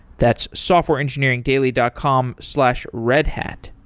that's softwareengineeringdaily dot com slash redhat.